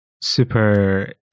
super